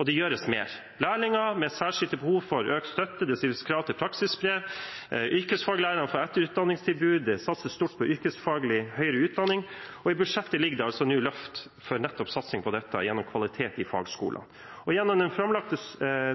Og det gjøres mer. Lærlinger med særskilte behov, får økt støtte, det stilles krav til praksisbrev, yrkesfaglærerne får etterutdanningstilbud, det satses stort på yrkesfaglig høyere utdanning, og i budsjettet ligger det nå løft for satsing på dette gjennom kvalitet i fagskolene. Gjennom den framlagte